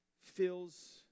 Feels